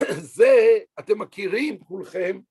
זה אתם מכירים כולכם.